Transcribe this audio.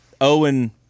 Owen